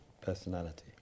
Personality